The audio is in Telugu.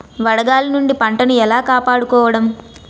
వడగాలి నుండి పంటను ఏలా కాపాడుకోవడం?